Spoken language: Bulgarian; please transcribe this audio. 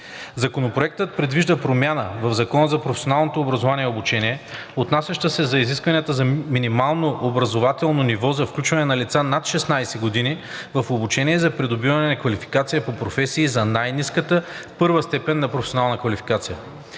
Законопроектът предвижда промяна в Закона за професионалното образование и обучение, отнасяща се за изискванията за минимално образователно ниво за включване на лица над 16 години в обучение за придобиване на квалификация по професии за най-ниската първа степен на професионална квалификация.